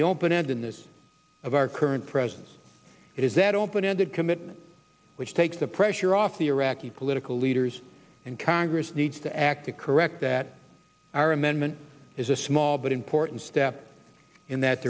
the open and in this of our current presence it is that open ended commitment which takes the pressure off the iraqi political leaders and congress needs to act to correct that our amendment is a small but important step in that